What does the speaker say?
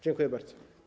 Dziękuję bardzo.